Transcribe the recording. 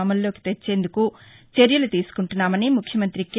అమల్లోకి తెచ్చేందుకు చర్యలు తీసుకుంటున్నామని ముఖ్యమంత్రి కె